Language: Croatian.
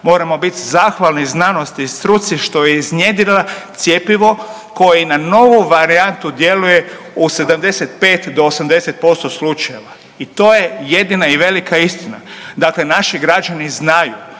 moramo biti zahvalni znanosti i struci što je iznjedrila cjepivo koje i na novu varijantu djeluje u 75 do 80% slučajeva. I to je jedina i velika istina. Dakle, naši građani znaju